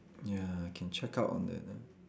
ya can check out on that ah